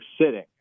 sitting